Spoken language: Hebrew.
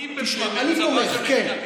האם, אני תומך, כן.